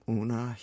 una